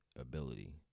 ability